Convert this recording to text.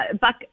Buck